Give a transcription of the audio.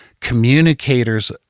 communicators